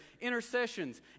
intercessions